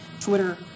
Twitter